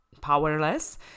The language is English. powerless